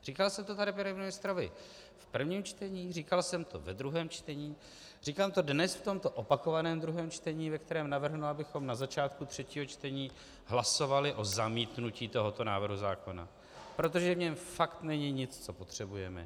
Říkal jsem to tady panu ministrovi v prvním čtení, říkal jsem to ve druhém čtení, říkám to dnes v tomto opakovaném druhém čtení, ve kterém navrhnu, abychom na začátku třetího čtení hlasovali o zamítnutí tohoto návrhu zákona, protože v něm fakt není nic, co potřebujeme.